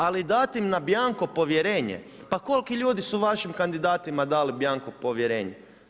Ali dati im na bjanko povjerenje, pa koliki ljudi su vašim kandidatima dali bjanko povjerenje?